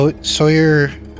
Sawyer